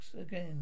again